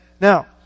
Now